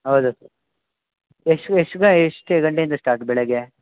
ಹೌದು ಎಷ್ಟ್ ಎಷ್ಟ್ ಗ ಎಷ್ಟು ಗಂಟೆಯಿಂದ ಸ್ಟಾರ್ಟ್ ಬೆಳಿಗ್ಗೆ